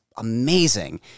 Amazing